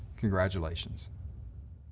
congratulations.